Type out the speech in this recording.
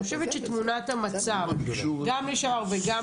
אני חושבת שתמונת המצב גם חודשיים אחורה וגם